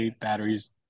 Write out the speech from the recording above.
batteries